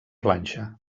planxa